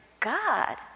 God